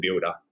builder